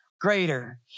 greater